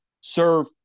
serve